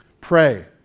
Pray